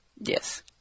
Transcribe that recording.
Yes